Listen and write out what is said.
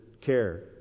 care